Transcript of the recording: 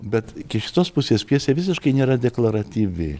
bet iš kitos pusės pjesė visiškai nėra deklaratyvi